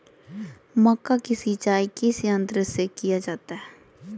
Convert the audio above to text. मक्का की सिंचाई किस यंत्र से किया जाता है?